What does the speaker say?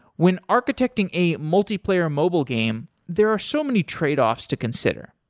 when architecting a multiplayer mobile game, there are so many tradeoffs to consider.